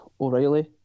O'Reilly